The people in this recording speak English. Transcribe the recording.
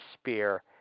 spear